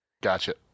Gotcha